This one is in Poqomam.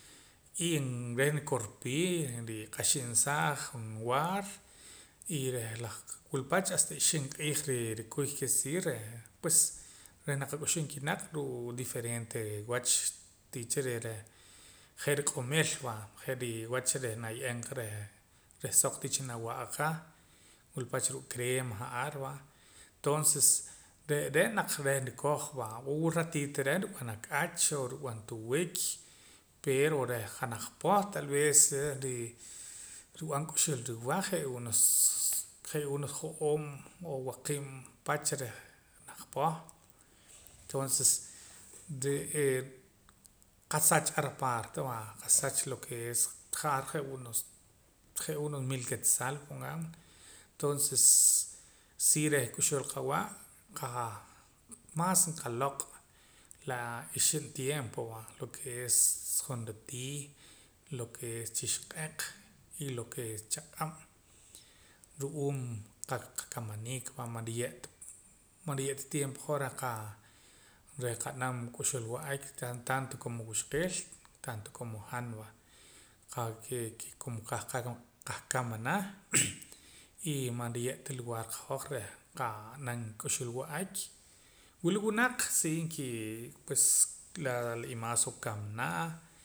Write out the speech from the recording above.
Y reh nrikorpii nriq'axinsaa junwaar y reh wila pach hasta reh ixib' q'iij rikuy quiere decir ke pues reh naqak'uxum kinaq' ruu' diferente wach tiicha reh reh je' riq'omil va je' reh wach naye'eem qa reh reh soq tii cha nawa'a qa wula wach ruu' crema ja'ar va toonses re're' naq reh rikoj va wila ratito reh nrub'an ak'ach o nrub'an tuwik pero reh janaj poh talvez ri rub'an k'uxul riwa' je' unos je' unos jo'oob' o waqiib' pach reh naj poh tonses re'ee qasach ar parte va nqasach lo ke es ja'ar je' unos je' unos mil quetzal pongamole toonses si reh k'uxul qawa' qah maas nqaloq' la ixib' tiempo va lo ke es jonra tii lo ke es chixq'eq y lo ke es chaq'ab' ru'uum qakamaniik va man riye'ta man riye'ta tiempo qaa hoj reh qaa reh nqa'nam k'uxul wa'ak tanto como wixqeel tanto como han va qa ke como qahkamana y man riye' ta lugar qehoj reh qa'nam k'uxul wa'ak wula wunaq sii nkii pues la la imaas n'oo kamana